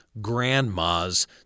grandma's